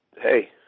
hey